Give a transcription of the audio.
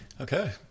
Okay